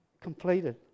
completed